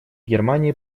германии